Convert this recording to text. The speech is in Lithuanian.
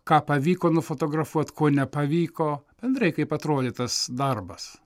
ką pavyko nufotografuot ko nepavyko bendrai kaip atrodė tas darbas